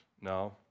No